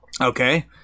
okay